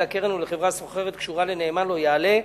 הקרן ולחברה סוחרת קשורה לנאמן לא יעלה,